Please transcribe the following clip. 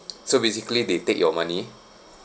so basically they take your money